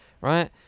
right